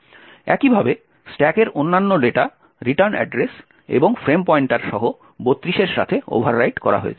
একইভাবে স্ট্যাকের অন্যান্য ডেটা রিটার্ন অ্যাড্রেস এবং ফ্রেম পয়েন্টার সহ 32 এর সাথে ওভাররাইট করা হয়েছে